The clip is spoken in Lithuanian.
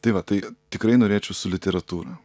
tai va tai tikrai norėčiau su literatūra